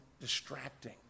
distracting